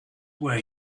where